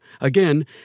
Again